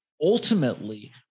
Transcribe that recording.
ultimately